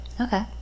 Okay